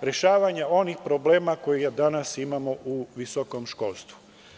rešavanja onih problema koje danas imamo u visokom školstvu.